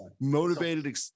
motivated